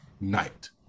night